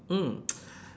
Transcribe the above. mm